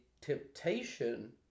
temptation